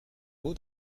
beau